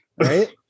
right